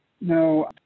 No